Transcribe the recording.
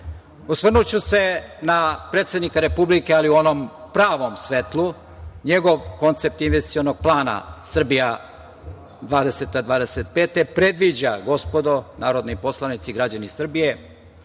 ključna. Osvrnuću se na predsednika Republike, ali u onom pravom svetlu. Njegov koncept investicionog plana „Srbija 2025“ predviđa, gospodo narodni poslanici, građani Srbije,